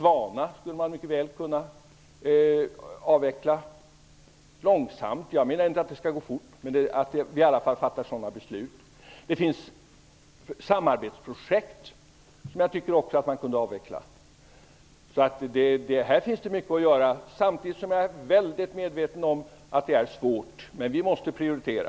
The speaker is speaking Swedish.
Man skulle mycket väl kunna avveckla Botswana. Det kan göras långsamt -- jag menar inte att det skall ske snabbt -- men jag menar ändå att vi kan fatta sådana beslut. Det finns också samarbetsprojekt som jag tycker att man kunde avveckla. Här finns mycket att göra. Samtidigt är jag mycket medveten om att det är svårt. Men vi måste prioritera.